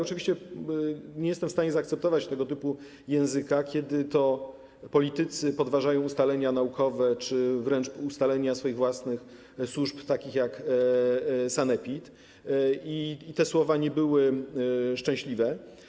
Oczywiście nie jestem w stanie zaakceptować tego typu języka, kiedy politycy podważają ustalenia naukowe czy wręcz ustalenia swoich własnych służb takich jak sanepid, i te słowa nie były szczęśliwe.